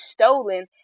stolen